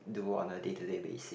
do on a day to day basis